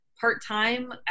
part-time